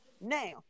Now